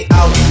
out